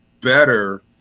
better